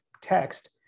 text